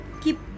keep